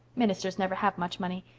ministers never have much money.